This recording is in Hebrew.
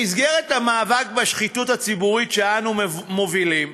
במסגרת המאבק בשחיתות הציבורית שאנו מובילים,